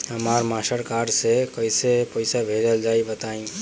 हमरा Mastercard से कइसे पईसा भेजल जाई बताई?